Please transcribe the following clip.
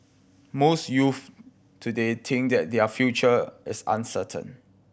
most youths today think that their future is uncertain